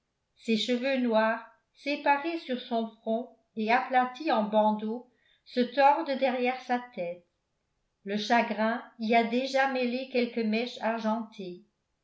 ses cheveux noirs séparés sur son front et aplatis en bandeaux se tordent derrière sa tête le chagrin y a déjà mêlé quelques mèches argentées